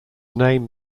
name